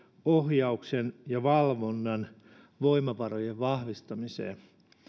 ohjauksen ja valvonnan voimavarojen vahvistamiseen